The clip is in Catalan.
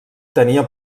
tenia